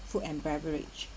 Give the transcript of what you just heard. food and beverage